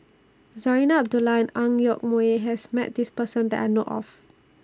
Zarinah Abdullah Ang Yoke Mooi has Met This Person that I know of